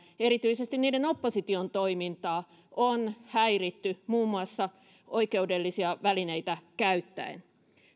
erityisesti niiden opposition toimintaa on häiritty muun muassa oikeudellisia välineitä käyttäen